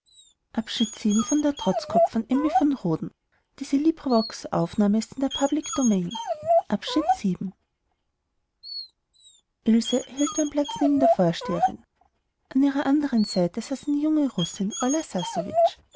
erhielt ihren platz neben der vorsteherin an ihrer andern seite saß eine junge